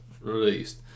released